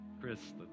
Chris